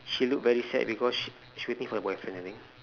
she look very sad because she she waiting for the boyfriend I think